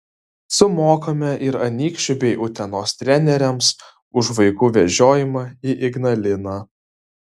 sumokame ir anykščių bei utenos treneriams už vaikų vežiojimą į ignaliną